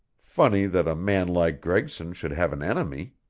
funny that a man like gregson should have an enemy!